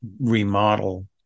remodel